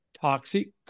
toxic